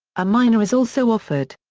a minor is also offered.